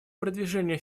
продвижение